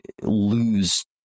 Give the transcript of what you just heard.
lose